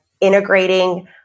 integrating